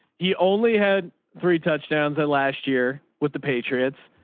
he only had three touchdowns at last year with the patriots.